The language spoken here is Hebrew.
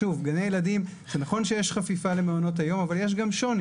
זה נכון שיש חפיפה למעונות היום, אבל יש גם שוני.